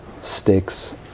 sticks